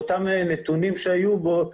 באותם נתונים שהיו בו לשוטר,